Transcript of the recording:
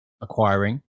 acquiring